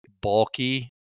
bulky